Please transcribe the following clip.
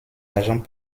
agents